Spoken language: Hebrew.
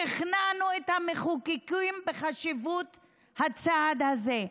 שכנענו את המחוקקים בחשיבות הצעד הזה,